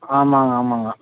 ஆமாம்ங்க ஆமாம்ங்க